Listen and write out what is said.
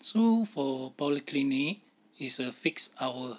so for polyclinic is a fixed hour